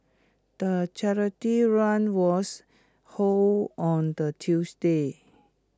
the charity run was hold on the Tuesday